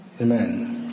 Amen